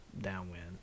downwind